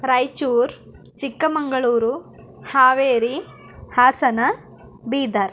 Raichur Chikkamagaluru Haveri Hassan Bidar